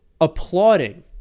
applauding